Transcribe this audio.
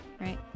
right